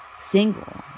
single